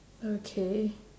okay